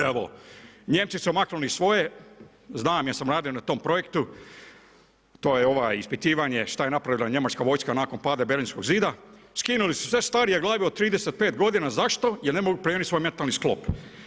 Evo, Nijemcu su maknuli svoje, znam jer sam radio na tom projektu, to je ova ispitivanje, što je napravila njemačka vojska nakon pada Berlinskog zida, skinuli si sve starije glave od 35 godina, zašto, jer ne mogu promijeniti svoj mentalni sklop.